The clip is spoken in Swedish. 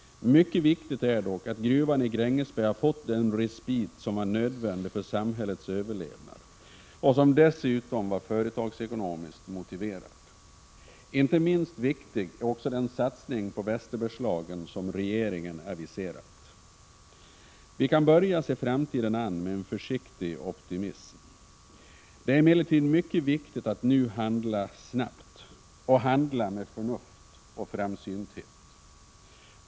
Mycket viktigt är dock att gruvan i Grängesberg har fått den respit som var nödvändig för samhällets överlevnad och som dessutom var företagsekonomiskt motiverad. Inte minst viktig är också den satsning på Västerbergslagen som regeringen aviserat. Vi kan börja se framtiden an med en försiktig optimism. Det är emellertid mycket viktigt att nu handla snabbt och handla med förnuft och framsynthet.